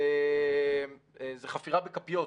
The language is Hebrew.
זה חפירה בכפיות.